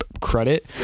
credit